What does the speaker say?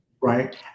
Right